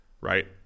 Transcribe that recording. right